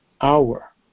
hour